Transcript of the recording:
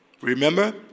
Remember